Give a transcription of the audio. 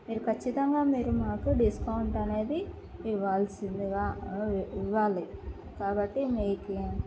మీరు ఖచ్చితంగా మీరు మాకు డిస్కౌంట్ అనేది ఇవ్వాల్సిందిగా ఇవ్వాలి కాబట్టి మీకు